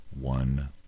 one